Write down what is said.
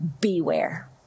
beware